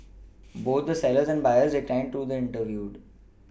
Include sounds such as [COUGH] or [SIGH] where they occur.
[NOISE] both the sellers and buyers declined to be interviewed